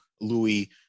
Louis